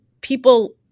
people